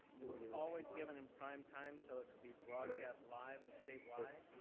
it was always given in primetime so it could be broadcast live and statewide.